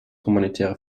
humanitäre